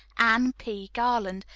anne p. garland,